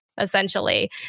essentially